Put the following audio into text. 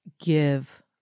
give